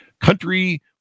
country